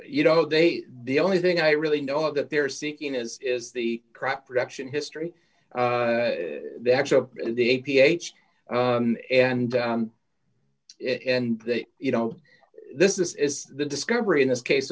you know they the only thing i really know that they're seeking is is the crop production history the actual the a ph and if and you know this is the discovery in